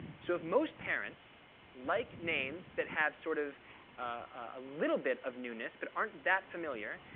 so if most parents like names that have sort of a little bit of newness but aren't that familiar,